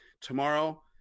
Tomorrow